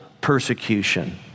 persecution